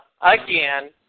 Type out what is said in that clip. again